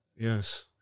Yes